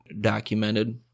documented